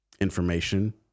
information